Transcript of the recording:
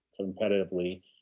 competitively